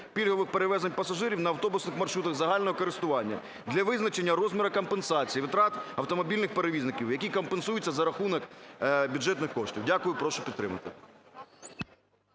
пільгових перевезень пасажирів на автобусних маршрутах загального користування для визначення розмірів компенсації витрат автомобільних перевізників, які компенсуються за рахунок бюджетних коштів. Дякую. Прошу підтримати.